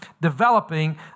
developing